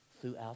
throughout